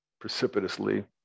precipitously